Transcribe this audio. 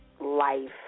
life